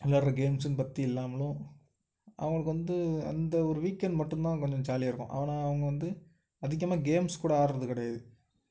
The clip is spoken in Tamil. விளையாடுற கேம்ஸுன்னு பற்றி இல்லாமலும் அவங்களுக்கு வந்து அந்த ஒரு வீகென்ட் மட்டும்தான் கொஞ்சம் ஜாலியாக இருக்கும் ஆனால் அவங்க வந்து அதிகமாக கேம்ஸ் கூட ஆடுறது கிடையாது